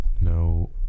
No